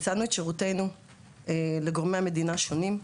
הצענו את שירותנו לגורמי המדינה שונים,